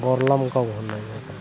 बरलामगाव होननायाव